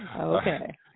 Okay